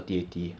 shag